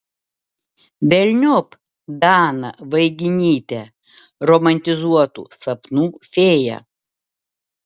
velniop daną vaiginytę romantizuotų sapnų fėją